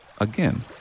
again